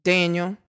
Daniel